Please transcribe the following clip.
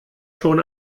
schon